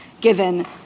given